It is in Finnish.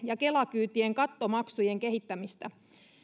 ja kela kyytien kattomaksujen kehittämistä